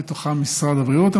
ובתוכה משרד הבריאות.